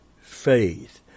faith